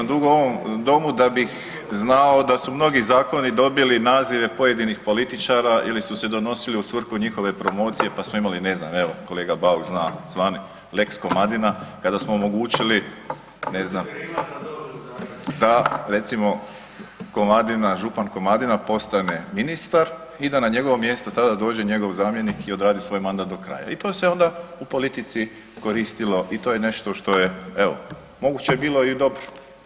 Pa dosta sam dugo u ovom domu da bih znao da su mnogi zakoni dobili nazive pojedinih političara ili su se donosili u svrhu njihove promocije pa smo imali ne znam evo, kolega Bauk zna zvani lex Komadina kada smo omogućili da recimo Komadina, župan Komadina postane ministar i da na njegovo mjesto tada dođe njegov zamjenik i odradi svoj mandat do kraja i to se onda u politici koristilo i to je nešto što je evo moguće bilo i dobro.